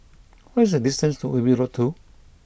what is the distance to Ubi Road Two